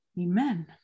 amen